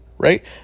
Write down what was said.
right